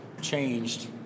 changed